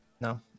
No